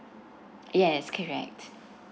yes correct